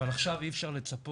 אבל עכשיו אי אפשר לצפות,